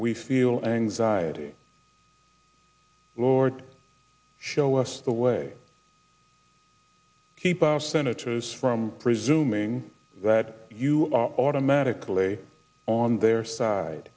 we feel anxiety lord show us the way keep our senators presuming that you are automatically on their side